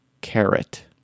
carrot